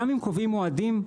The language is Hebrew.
גם אם קובעים מועדים,